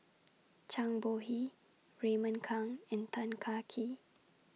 Zhang Bohe Raymond Kang and Tan Kah Kee